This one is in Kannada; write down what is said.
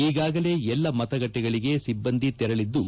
ಈಗಾಗಲೇ ಎಲ್ಲ ಮತಗಟ್ಟೆಗಳಿಗೆ ಸಿಬ್ಲಂದಿ ತೆರಳಿದ್ದು